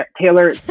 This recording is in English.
Taylor